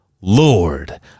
lord